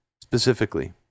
specifically